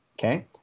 Okay